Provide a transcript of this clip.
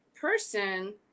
person